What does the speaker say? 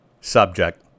subject